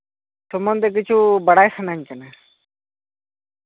ᱥᱚᱢᱚᱱᱫᱷᱮ ᱠᱤᱪᱷᱩ ᱵᱟᱲᱟᱭ ᱥᱟᱱᱟᱧ ᱠᱟᱱᱟ